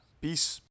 peace